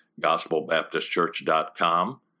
gospelbaptistchurch.com